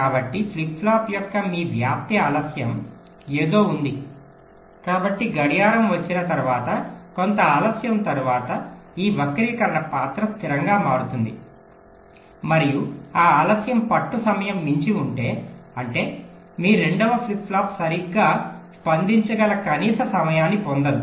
కాబట్టి flip flop యొక్క మీ వ్యాప్తి ఆలస్యం ఏదో ఉంది కాబట్టి గడియారం వచ్చిన తర్వాత కొంత ఆలస్యం తరువాత ఈ వక్రీకరణ పాత్ర స్థిరంగా మారుతుంది మరియు ఆ ఆలస్యం పట్టు సమయం మించి ఉంటే అంటే మీ రెండవ ఫ్లిప్ ఫ్లాప్ సరిగ్గా స్పందించగల కనీస సమయాన్ని పొందదు